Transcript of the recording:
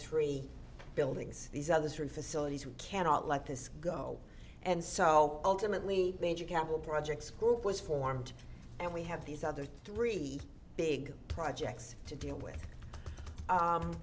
three buildings these are the three facilities we cannot let this go and so ultimately major capital projects group was formed and we have these other three big projects to deal with